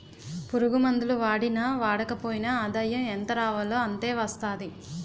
పురుగుమందులు వాడినా వాడకపోయినా ఆదాయం ఎంతరావాలో అంతే వస్తాది